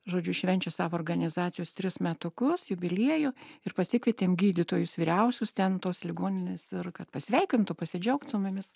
žodžiu švenčia savo organizacijos tris metukus jubiliejų ir pasikvietėm gydytojus vyriausius ten tos ligoninės ir kad pasveikintų pasidžiaugt su mumis